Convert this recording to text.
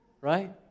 Right